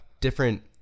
different